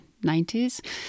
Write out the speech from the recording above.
90s